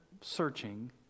searching